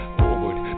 forward